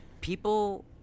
people